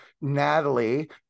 Natalie